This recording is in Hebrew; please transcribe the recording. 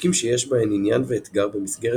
עיסוקים שיש בהן עניין ואתגר במסגרת